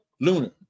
lunar